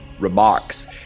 remarks